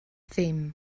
ddim